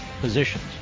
positions